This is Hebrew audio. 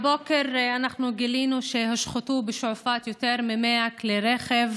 הבוקר גילינו שהושחתו בשועפאט יותר מ-100 כלי רכב.